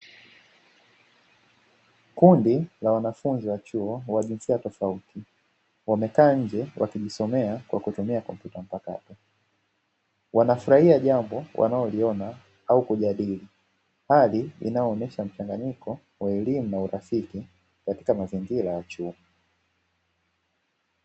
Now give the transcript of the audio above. Kundi la wanafunzi wa chuo wa jinsia tofauti wamekaa nje wakijisomea kwa kutumia kompyuta mpakato. Wanafurahia jambo wanaloliona au kujadili, hali inayoonyesha mkanganyiko wa elimu na urafiki katika mazingira ya chuo.